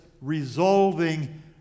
resolving